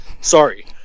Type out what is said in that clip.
Sorry